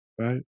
right